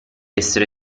essere